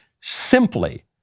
simply